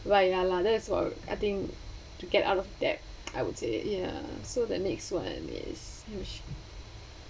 why [ya lah] that's what I think to get out of debt I would say ya so the next one is huge